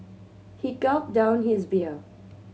he gulped down his beer